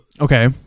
Okay